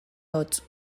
hotz